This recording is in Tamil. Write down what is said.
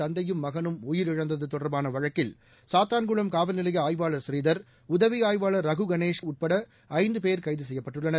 தந்தையும் மகனும் உயிரிழந்தது தொடர்பான வழக்கில் சாத்தான்குளம் காவல்நிலைய ஆய்வாளர் ஸ்ரீதர் உதவி ஆய்வாளர் ரகு கணேஷ் உட்பட ஐந்து பேர் கைது செய்யப்பட்டுள்ளனர்